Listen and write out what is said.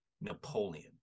Napoleon